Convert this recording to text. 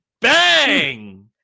bang